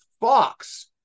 fox